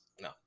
No